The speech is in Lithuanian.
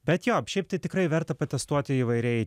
bet jo šiaip tai tikrai verta patestuoti įvairiai